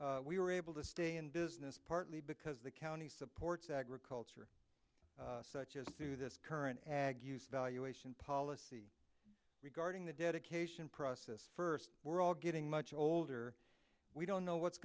words we were able to stay in business partly because the county supports agriculture such as through this current valuation policy regarding the dedication process first we're all getting much older we don't know what's